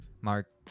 Mark